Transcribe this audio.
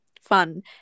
fun